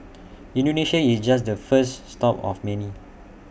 Indonesia is just the first stop of many